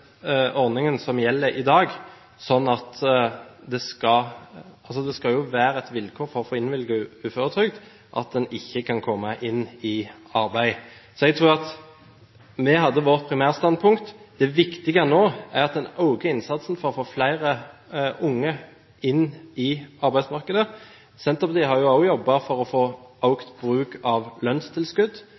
ordningen som gjelder i dag, sånn at det skal være et vilkår for å få innvilget uføretrygd at en ikke kan komme inn i arbeid. Vi hadde vårt primærstandpunkt. Det viktige nå er at en øker innsatsen for å få flere unge inn på arbeidsmarkedet. Senterpartiet har også jobbet for å få økt bruk av lønnstilskudd.